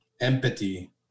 empathy